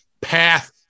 path